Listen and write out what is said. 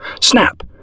Snap